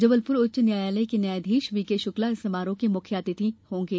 जबलपुर उच्च न्यायालय के न्यायाधीश वी के शुक्ला इस समारोह के मुख्य अतिथि होंगे